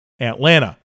Atlanta